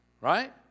right